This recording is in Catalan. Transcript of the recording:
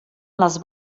les